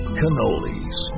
cannolis